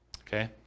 Okay